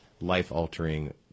life-altering